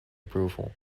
approval